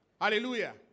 Hallelujah